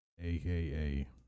AKA